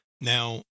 Now